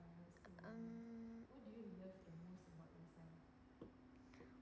um